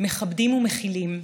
מכבדים ומכילים,